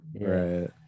Right